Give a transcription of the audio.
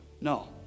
No